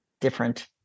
different